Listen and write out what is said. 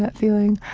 but feeling.